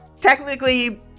Technically